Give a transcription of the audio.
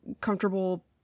comfortable